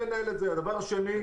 שנית,